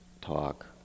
talk